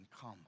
Come